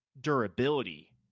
durability